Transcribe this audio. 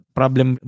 problem